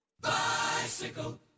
Bicycle